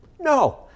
No